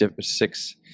six